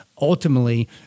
ultimately